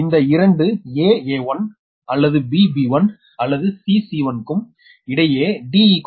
இந்த இரண்டு aa1 அல்லது bb1 அல்லது cc1 க்கும் இடையே d 0